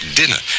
dinner